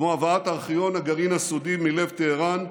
כמו הבאת ארכיון הגרעין הסודי מלב טהראן,